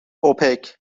اوپک